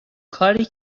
کاری